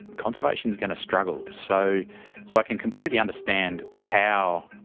conservation is going to struggle. so so i can completely understand how,